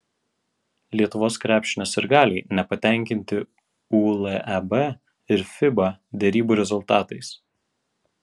lietuvos krepšinio sirgaliai nepatenkinti uleb ir fiba derybų rezultatais